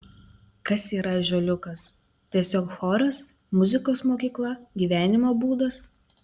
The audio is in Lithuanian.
kas yra ąžuoliukas tiesiog choras muzikos mokykla gyvenimo būdas